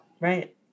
Right